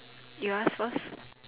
you ask first